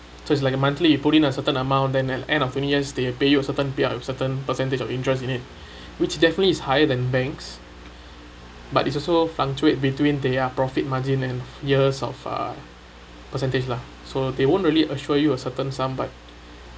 so is like a monthly you put in a certain amount then in end of twenty years they will pay you a certain pay ah a certain percentage of interest in it which definitely is higher than banks but it's also fluctuate between their profit margin and years of ah percentage lah so they won't really assure you a certain sum but